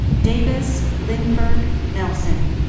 davis lindberg nelson.